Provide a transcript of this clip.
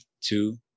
two